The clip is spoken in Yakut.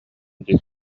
дии